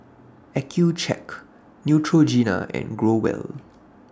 Accucheck Neutrogena and Growell